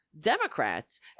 Democrats